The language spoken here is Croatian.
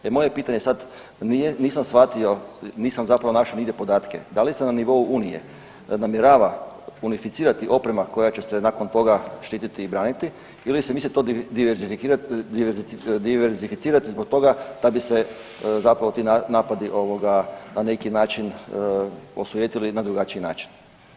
E moje je pitanje sad, nisam shvatio, nisam zapravo nigdje našao podatke, da li se na nivou unije namjerava unificirati oprema koja će se nakon toga štiti i braniti ili se misli to diverzificirati zbog toga da bi se zapravo ti napadi ovoga na neki način osujetili na drugačiji način.